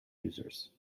users